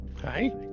hi